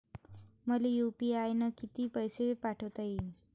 मले यू.पी.आय न किती पैसा पाठवता येईन?